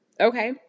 Okay